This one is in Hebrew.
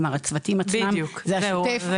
כלומר הצוותים עצמם זה השוטף,